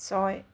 ছয়